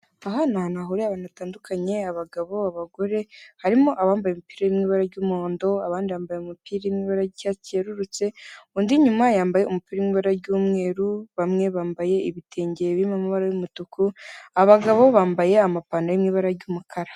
Aha ni ahantu hahuriye abantu batandukanye abagabo, abagore, harimo abambaye imipira iri mw’ibara ry'umuhondo abandi bambaye umupira iri mw’ibara ry’icyatsi cyerurutse, undi inyuma yambaye umupira uri mw’ibara ry'umweru, bamwe bambaye ibitenge biri mu ibara ry'umutuku, abagabo bambaye amapantaro y'ibara ry'umukara.